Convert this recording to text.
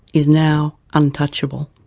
is now untouchable.